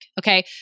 Okay